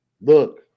look